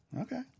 Okay